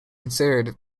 considered